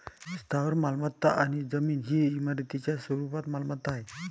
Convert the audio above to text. स्थावर मालमत्ता ही जमीन आणि इमारतींच्या स्वरूपात मालमत्ता आहे